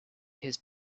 his